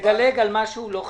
תדלג על מה שהוא לא חיוני.